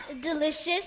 Delicious